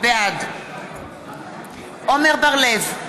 בעד עמר בר-לב,